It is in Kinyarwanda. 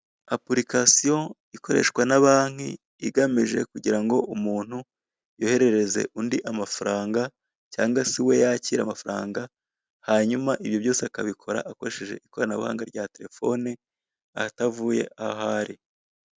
Apurikasiyo ikoreshwa na banki igamije kugira ngo umuntu yoherereze undi amafaranga cyangwa se we yakire amafaranga hanyuma ibyo byose akabikora akoresheje ikoranabuhanga rya telefone atavuye aho ari.